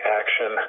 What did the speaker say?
action